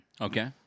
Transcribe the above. Okay